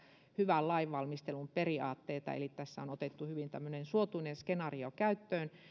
hyvän lainvalmistelun periaatteita kun tässä on otettu hyvin tämmöinen suotuinen skenaario käyttöön